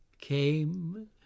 came